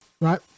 right